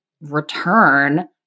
return